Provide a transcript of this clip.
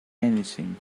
anything